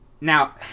now